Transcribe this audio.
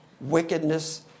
wickedness